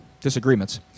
disagreements